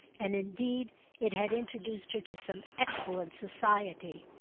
and indeed it had introduced her to some excellent society.